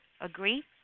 Agree